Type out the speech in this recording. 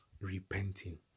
repenting